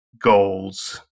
goals